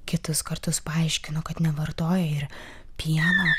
kitus kartus paaiškino kad nevartoja ir pieno